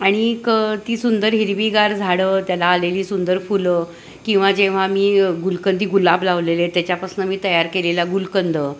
आणिक ती सुंदर हिरवीगार झाडं त्याला आलेली सुंदर फुलं किंवा जेव्हा मी गुलकंदी गुलाब लावलेले आहेत त्याच्यापासून मी तयार केलेला गुलकंद